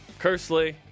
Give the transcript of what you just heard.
Kersley